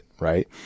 right